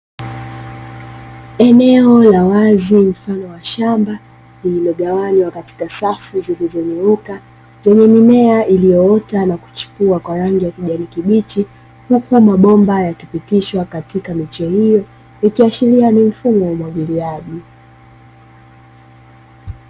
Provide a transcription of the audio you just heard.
Eneo la wazi mfano wa shamba lililogawanywa katika safu zilizonyooka zenye mimea iliyoota na kuchipua kwa rangi ya kijani kibichi, huku mabomba yakipitishwa miche hiyo ikiashiria ni mfumo wa umwagiliaji.